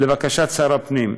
לבקשת שר הפנים.